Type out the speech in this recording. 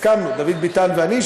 דוד ביטן ואני,